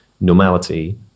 normality